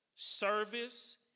service